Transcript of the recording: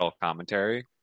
commentary